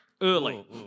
Early